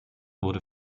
wurde